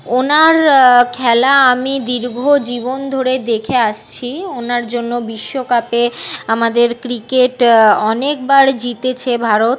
ওনার খেলা আমি দীর্ঘ জীবন ধরে দেখে আসছি ওনার জন্য বিশ্বকাপে আমাদের ক্রিকেট অনেক বার জিতেছে ভারত